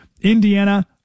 Indiana